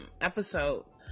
episode